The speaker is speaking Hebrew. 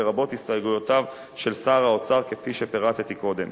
לרבות הסתייגויותיו של שר האוצר כפי שפירטתי קודם,